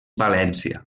valència